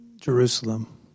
Jerusalem